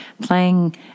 playing